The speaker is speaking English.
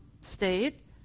state